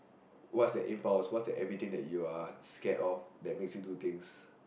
what's the impulse what's the everything that you are scared of that makes you do things